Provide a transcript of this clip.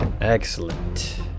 Excellent